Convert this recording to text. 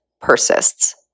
persists